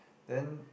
then